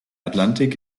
atlantik